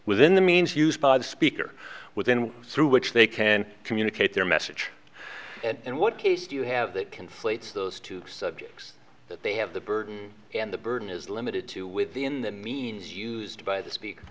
within the means used by the speaker within through which they can communicate their message and what case do you have that conflates those two subjects that they have the burden and the burden is limited to with the in the means used by the speak